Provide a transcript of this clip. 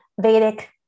Vedic